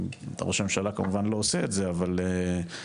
ראש הממשלה כמובן לא עושה את זה, אבל לפחות